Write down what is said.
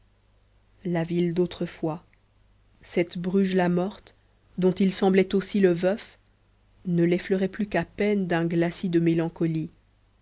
la ville d'autrefois cette bruges la morte dont il semblait aussi le veuf ne l'effleurait plus qu'à peine d'un glacis de mélancolie